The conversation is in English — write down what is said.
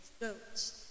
goats